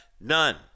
None